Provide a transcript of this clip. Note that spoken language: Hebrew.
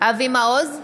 אבי מעוז,